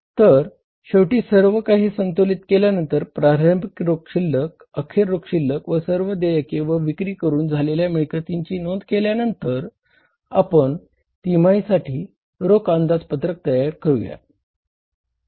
तर शेवटी सर्वकाही संतुलित केल्यानंतर प्रारंभिक रोख शिल्लक अखेर रोख शिल्लक व सर्व देयके व विक्री करून झालेल्या मिळकतींची नोंद केल्यानंतर आपण तिमाहीसाठी रोख अंदाजपत्रक तयार करूया